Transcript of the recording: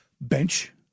bench